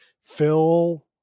Phil